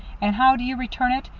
and how do you return it?